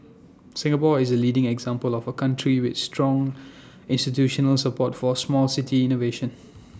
Singapore is A leading example of A country with strong institutional support for small city innovation